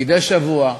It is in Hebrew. מדי שבוע,